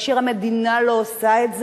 כאשר המדינה לא עושה את זה,